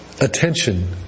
attention